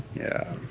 yeah.